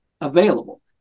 available